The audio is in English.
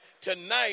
tonight